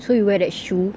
so you wear that shoe